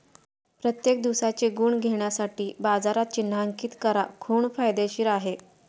प्रत्येक दिवसाचे गुण घेण्यासाठी बाजारात चिन्हांकित करा खूप फायदेशीर आहे